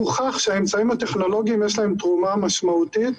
הוכח שלאמצעים הטכנולוגיים יש תרומה משמעותית